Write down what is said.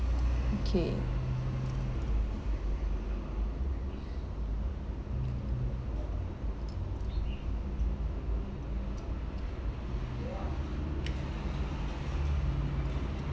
okay